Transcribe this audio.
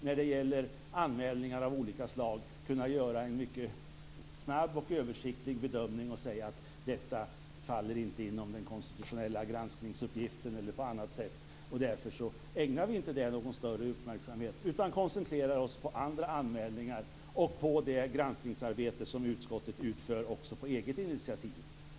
När det gäller anmälningar av olika slag skulle man kunna göra en mycket snabb och översiktlig bedömning för att avgöra om frågan faller inom den konstitutionella granskningsuppgiften, och därför ägnar vi inte den frågan någon större uppmärksamhet utan koncentrerar oss på andra anmälningar och på det granskningsarbete som utskottet utför på eget initiativ.